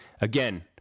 Again